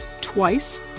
Twice